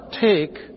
take